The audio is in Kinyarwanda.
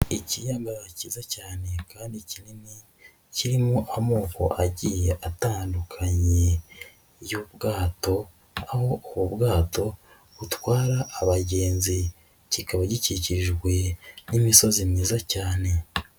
iIkyaga kiza cyane kandi kinini kirimo amoko agiye atandukanye y'ubwato aho ubu bwato butwara abagenzi, kikaba gikikijwe n'imisozi myiza cyane.